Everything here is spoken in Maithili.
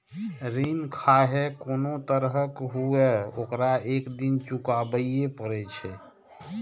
ऋण खाहे कोनो तरहक हुअय, ओकरा एक दिन चुकाबैये पड़ै छै